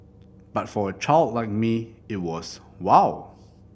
but for a child like me it was wow